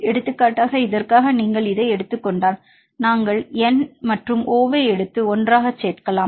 எடுத்துக்காட்டாக இதற்காக நீங்கள் இதை எடுத்துக் கொண்டால் நாங்கள் N மற்றும் O ஐ எடுத்து ஒன்றாக சேரலாம்